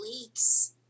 leaks